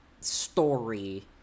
story